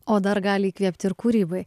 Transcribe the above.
o dar gali įkvėpti ir kūrybai